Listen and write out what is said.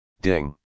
Ding